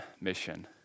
mission